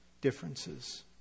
differences